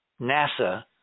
NASA